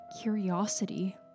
curiosity